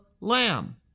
lamb